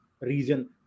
region